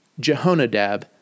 Jehonadab